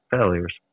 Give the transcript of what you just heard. failures